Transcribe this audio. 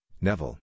Neville